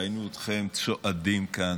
ראינו אתכם צועדים כאן,